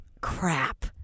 Crap